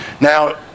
Now